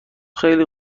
خیلی